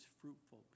fruitful